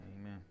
Amen